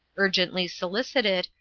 urgently solicited,